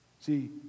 see